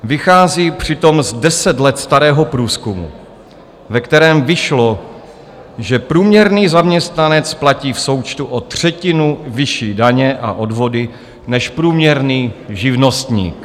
Vychází přitom z deset let starého průzkumu, ve kterém vyšlo, že průměrný zaměstnanec platí v součtu o třetinu vyšší daně a odvody než průměrný živnostník.